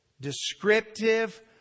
descriptive